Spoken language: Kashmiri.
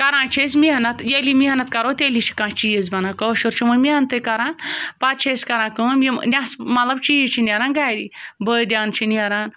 کَران چھِ أسۍ محنت ییٚلہِ یہِ محنت کَرو تیٚلی چھِ کانٛہہ چیٖز بَنان کٲشُر چھُ وۄنۍ محنتٕے کَران پَتہٕ چھِ أسۍ کَران کٲم یِم نٮ۪صٕب مطلب چیٖز چھِ نیران گَرے بٲدیان چھِ نیران